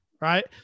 right